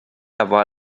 avoir